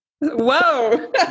Whoa